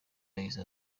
yahise